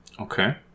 Okay